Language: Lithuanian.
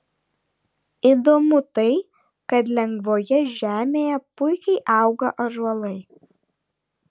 įdomu tai kad lengvoje žemėje puikiai auga ąžuolai